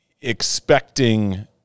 expecting